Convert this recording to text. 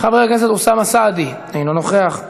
חבר הכנסת אוסאמה סעדי, אינו נוכח.